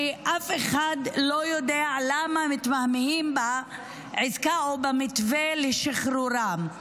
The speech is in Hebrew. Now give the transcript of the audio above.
ואף אחד לא יודע למה מתמהמהים בעסקה או במתווה לשחרורם.